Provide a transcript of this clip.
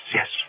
yes